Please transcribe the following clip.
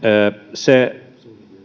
se